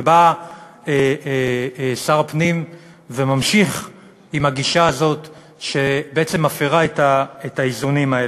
ובא שר הפנים וממשיך עם הגישה הזאת שבעצם מפרה את האיזונים האלה.